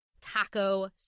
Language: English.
taco